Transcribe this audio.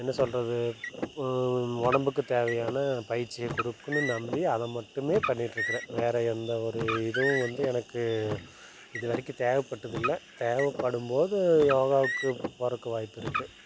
என்ன சொல்வது உடம்புக்கு தேவையான பயிற்சியே கொடுக்கணும் நம்பி அதை மட்டுமே பண்ணிட்டிருக்கறேன் வேறு எந்த ஒரு இதுவும் வந்து எனக்கு இது வரைக்கும் தேவைப்பட்டது இல்லை தேவைப்படும்போது யோகாவுக்கு போறதுக்கு வாய்ப்பு இருக்குது